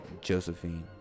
Josephine